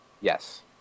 Yes